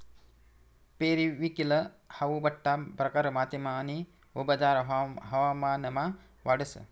periwinkle हाऊ बठ्ठा प्रकार मातीमा आणि उबदार हवामानमा वाढस